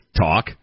talk